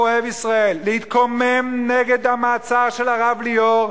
אוהב ישראל להתקומם נגד המעצר של הרב ליאור,